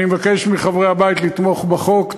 אני מבקש מחברי הבית לתמוך בחוק.